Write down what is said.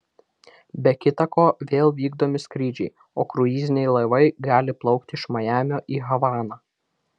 be kita ko vėl vykdomi skrydžiai o kruiziniai laivai gali plaukti iš majamio į havaną